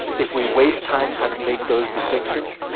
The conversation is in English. if we waste time trying to make those distinctions,